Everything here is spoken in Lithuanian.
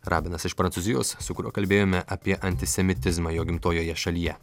rabinas iš prancūzijos su kuriuo kalbėjome apie antisemitizmą jo gimtojoje šalyje